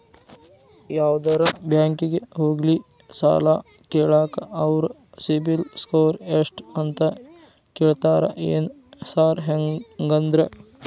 ಯಾವದರಾ ಬ್ಯಾಂಕಿಗೆ ಹೋಗ್ಲಿ ಸಾಲ ಕೇಳಾಕ ಅವ್ರ್ ಸಿಬಿಲ್ ಸ್ಕೋರ್ ಎಷ್ಟ ಅಂತಾ ಕೇಳ್ತಾರ ಏನ್ ಸಾರ್ ಹಂಗಂದ್ರ?